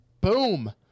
Boom